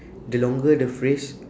the longer the phrase